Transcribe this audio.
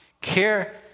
care